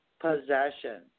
possession